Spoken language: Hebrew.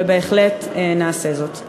ובהחלט נעשה זאת.